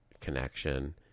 connection